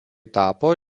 tapo